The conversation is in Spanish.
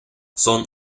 son